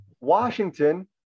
Washington